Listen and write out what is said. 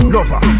Lover